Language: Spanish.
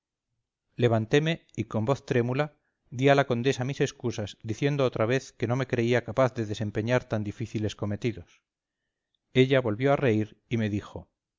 levanteme y con voz trémula di a la condesa mis excusas diciendo otra vez que no me creía capaz de desempeñar tan difíciles cometidos ella volvió a reír y me dijo